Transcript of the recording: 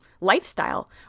lifestyle